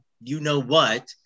you-know-what